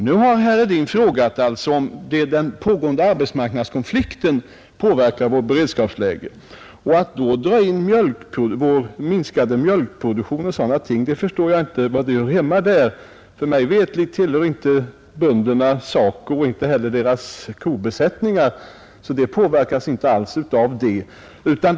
Nu har herr Hedin frågat om den aktuella arbetsmarknadskonflikten påverkar vårt beredskapsläge. Jag kan inte förstå att frågan om vår minskade mjölkproduktion och sådana ting hör hemma i det sammanhanget. Mig veterligt tillhör inte bönderna SACO — och det gör inte heller deras kobesättningar. Mjölkproduktionen påverkas alltså inte av den aktuella konflikten.